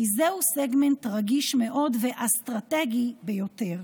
כי זה סגמנט רגיש מאוד ואסטרטגי ביותר.